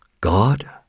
God